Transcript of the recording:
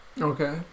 Okay